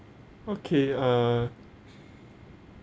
okay uh